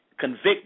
convict